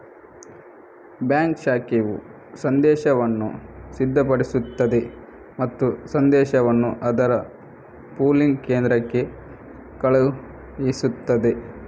bank ಶಾಖೆಯು ಸಂದೇಶವನ್ನು ಸಿದ್ಧಪಡಿಸುತ್ತದೆ ಮತ್ತು ಸಂದೇಶವನ್ನು ಅದರ ಪೂಲಿಂಗ್ ಕೇಂದ್ರಕ್ಕೆ ಕಳುಹಿಸುತ್ತದೆ